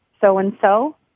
so-and-so